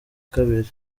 kabiri